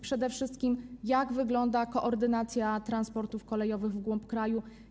Przede wszystkim: Jak wygląda koordynacja transportów kolejowych w głąb kraju?